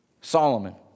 Solomon